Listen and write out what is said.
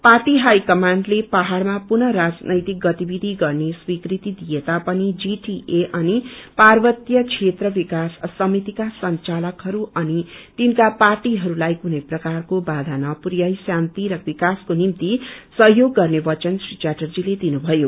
party high कमाण्डले पहाइमा पुनः राजनैतिक बतिविधि गर्ने स्वीकृति दिए तापनि जीटीए अनि पार्वत्य क्षेत्र विकास भितिका संचलकहरू अनि तिनका पार्टीहरूलाई कुनै प्रकारको बाधा नपुरयाई शान्ति र विकासको निम्ति सहयोग गर्ने वचन श्री च्यार्टजीले दिनुथयो